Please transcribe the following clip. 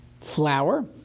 flour